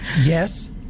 Yes